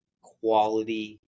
quality